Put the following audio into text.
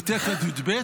מט' עד י"ב,